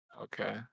okay